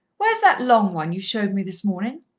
where's that long one you showed me this morning?